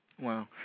Wow